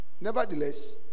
Nevertheless